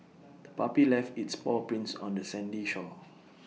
the puppy left its paw prints on the sandy shore